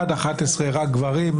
עד אחת-עשרה רק גברים,